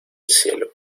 cielo